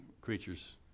creatures